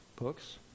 books